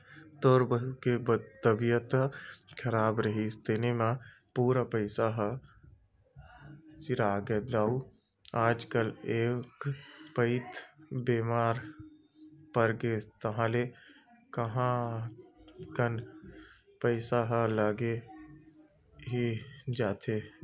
तोर बहू के तबीयत खराब रिहिस तेने म पूरा पइसा ह सिरागे दाऊ आजकल एक पइत बेमार परगेस ताहले काहेक कन पइसा ह लग ही जाथे दाऊ